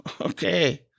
okay